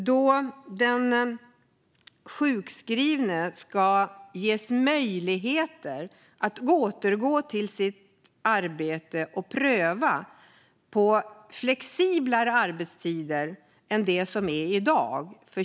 Den sjukskrivne ska ges möjlighet att återgå till sitt arbete med flexiblare arbetstid än man kan i dag.